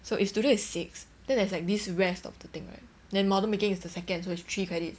so if studio is six then there's like this rest of the thing right then model making is the second so is three credits